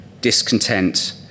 discontent